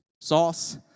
Sauce